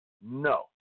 no